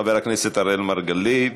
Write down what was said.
חבר הכנסת אראל מרגלית,